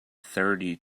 thirty